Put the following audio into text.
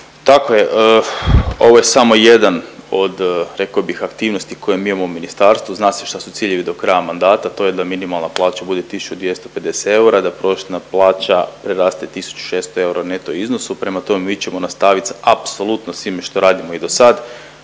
Tako je. Ovo je samo jedan od rekao bih aktivnosti koje mi imamo u ministarstvu. Zna se šta su ciljevi do kraja mandata, to je da minimalna plaća bude 1.250 eura, da prosječna plaća raste 1.600 eura u neto iznosu prema tome mi ćemo nastavit sa apsolutno svime što radimo i do sad.